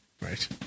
Right